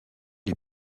les